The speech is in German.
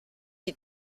die